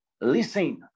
listen